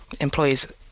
Employees